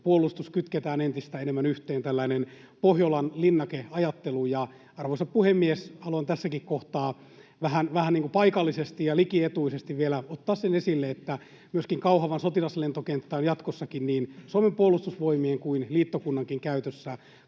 puolustus kytketään entistä enemmän yhteen, tällainen Pohjolan linnake ‑ajattelu. Arvoisa puhemies! Haluan tässäkin kohtaa vähän niin kuin paikallisesti ja likietuisesti vielä ottaa sen esille, että Kauhavan sotilaslentokenttä on jatkossakin niin Suomen puolustusvoimien kuin liittokunnankin käytössä.